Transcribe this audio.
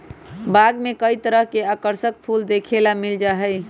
बाग में कई तरह के आकर्षक फूल देखे ला मिल जा हई